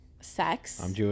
sex